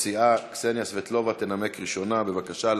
המציעה קסניה סבטלובה תנמק ראשונה, בבקשה.